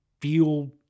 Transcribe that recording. feel